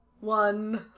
One